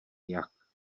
jak